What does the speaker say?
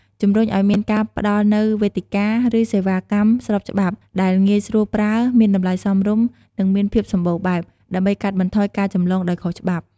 ជំរុញឱ្យមានការផ្តល់នូវវេទិកា ឬសេវាកម្មស្របច្បាប់ដែលងាយស្រួលប្រើ មានតម្លៃសមរម្យ និងមានភាពសម្បូរបែប ដើម្បីកាត់បន្ថយការចម្លងដោយខុសច្បាប់។